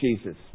Jesus